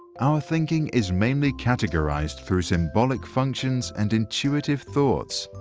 our thinking is mainly categorized for symbolic functions and intuitive thoughts.